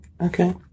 Okay